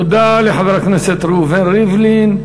תודה לחבר הכנסת ראובן ריבלין.